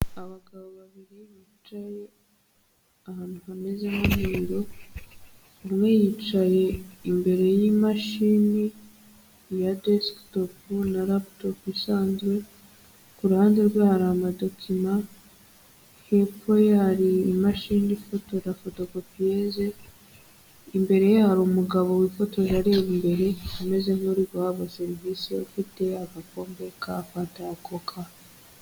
abagabo babiri bicaye ahantu hameze nk'umweru umwe yicaye imbere y'imashini yadestop na raftop isanzwe kuruhande rwe hari amadocumen hepfo hari imashini ifotorafoto copiese imbere hari umugabo wifotoje areba imbere ameze' guhabwa serivisi ufite agakombo kafata akooka